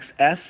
XS